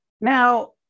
now